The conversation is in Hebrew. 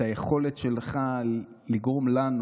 היכולת שלך לגרום לנו,